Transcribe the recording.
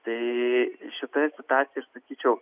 tai šitoje situacijoje aš sakyčiau